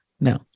No